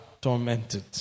tormented